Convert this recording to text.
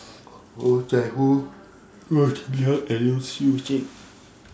Oh Chai Hoo Goh Cheng Liang and Siow Lee Chin